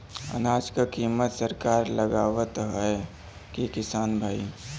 अनाज क कीमत सरकार लगावत हैं कि किसान भाई?